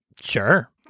Sure